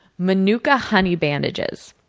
manuka honey bandages.